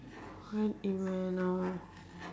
what in where now